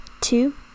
two